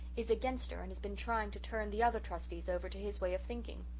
is against her and has been trying to turn the other trustees over to his way of thinking.